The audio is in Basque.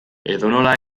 edonola